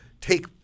take